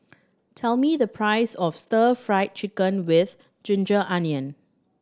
tell me the price of Stir Fry Chicken with ginger onion